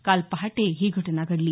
काल पहाटे ही घटना घडली